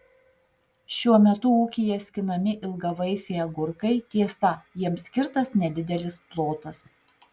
šiuo metu ūkyje skinami ilgavaisiai agurkai tiesa jiems skirtas nedidelis plotas